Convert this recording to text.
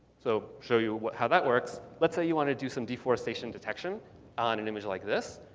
so show you how that works. let's say you want to do some deforestation detection on an image like this.